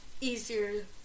easier